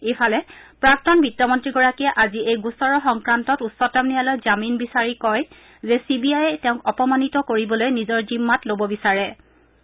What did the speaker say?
ইফালে প্ৰাক্তন বিত্তমন্ত্ৰী গৰাকীয়ে আজি এই গোচৰৰ সংক্ৰান্তত উচ্চতম ন্যায়ালয়ত জামিন বিচাৰি কয় যে চি বি আইয়ে তেওঁক অপমানিত কৰিবলৈ নিজৰ জিম্মাত ল'ব বিচাৰিছে